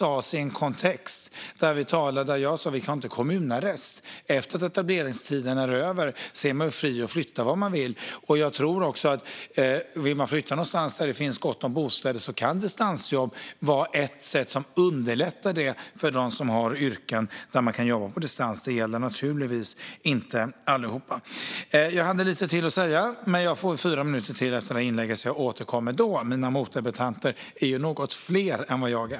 Kontexten var att jag sa att vi inte har kommunarrest. Efter att etableringstiden är över är man fri att flytta vart man vill. Jag tror att om man vill flytta någonstans där det finns gott om bostäder kan distansjobb vara ett sätt som underlättar för dem som har yrken där man kan jobba på distans. Det gäller naturligtvis inte alla. Jag hade lite till att säga, men jag får fyra minuter till efter det här inlägget, så jag återkommer då. Mina motdebattörer är ju något fler till antalet än vad jag är.